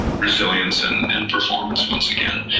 resilience and and performance once again.